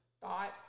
thoughts